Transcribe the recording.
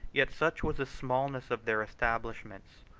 yet such was the smallness of their establishments,